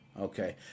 okay